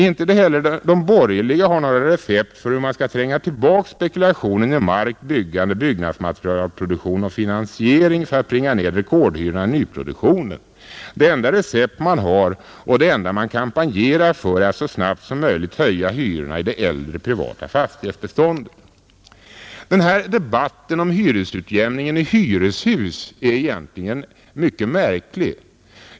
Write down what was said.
Inte heller de borgerliga har några recept för hur man skall tränga tillbaka spekulationen i mark, byggande, byggnadsmaterialproduktion och finansiering för att bringa ned rekordhyrorna i nyproduktionen. Det enda recept man har och det enda man kampanjerar för är att så snabbt som möjligt höja hyrorna i det äldre privata fastighetsbeståndet. Den här debatten om hyresutjämning i hyreshus är egentligen mycket märklig.